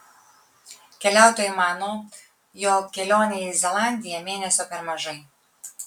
keliautojai mano jog kelionei į zelandiją mėnesio per mažai